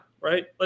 right